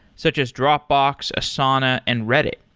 such as dropbox, asana and reddit.